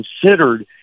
considered